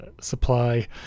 supply